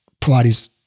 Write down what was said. Pilates